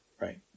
Right